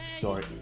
sorry